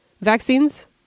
vaccines